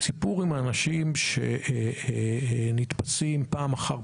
הסיפור הוא עם אנשים שנתפסים פעם אחר